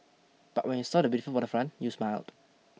but when you saw the beautiful waterfront you smiled